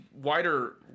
wider